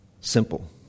Simple